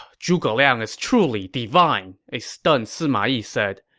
zhuge liang is truly divine! a stunned sima yi said.